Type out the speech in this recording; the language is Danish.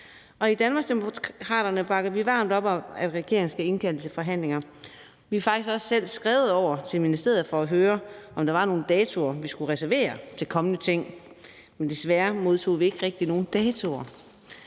I Danmarksdemokraterne bakker vi varmt op om, at regeringen skal indkalde til forhandlinger. Vi har faktisk også selv skrevet over til ministeriet for at høre, om der var nogle datoer, vi skulle reservere til kommende møder, men desværre modtog vi ikke rigtig nogen datoer.